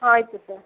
ಹಾಂ ಆಯಿತು ಸರ್